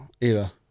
era